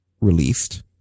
released